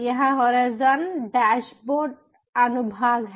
यह horizon dashboard अनुभाग है